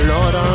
Lord